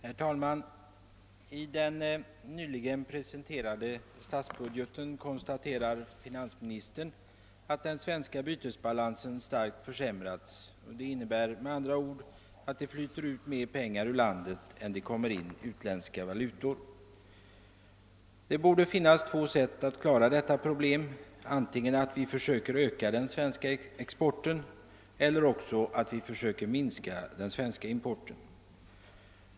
Herr talman! I den nyligen presenterade statsbudgeten konstaterar finansministern att den svenska bytesbalansen starkt försämrats. Det innebär med andra ord att det flyter ut mer pengar ur landet än det kommer in utländska valutor. Det borde finnas två sätt att klara detta problem: antingen att öka den svenska exporten eller att minska den svenska importen.